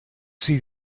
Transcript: see